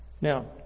Now